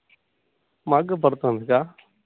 మాకు పడుతుంది అక్క